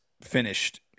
finished